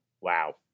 Wow